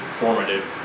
formative